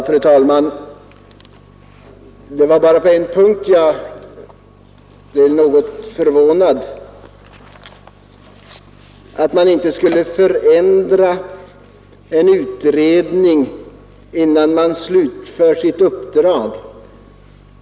Fru talman! Jag blev något förvånad på en punkt — att man inte skulle kunna förändra en utredning innan den slutfört sitt uppdrag.